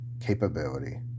capability